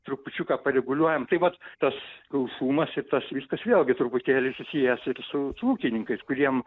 trupučiuką pareguliuojam tai vat tas gausumas ir tas viskas vėlgi truputėlį susijęs ir su su ūkininkais kuriem